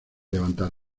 levantar